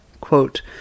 quote